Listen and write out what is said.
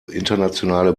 internationale